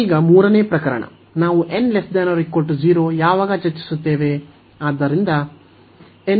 ಈಗ 3 ನೇ ಪ್ರಕರಣ ನಾವು n≤0 ಯಾವಾಗ ಚರ್ಚಿಸುತ್ತೇವೆ